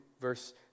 Verse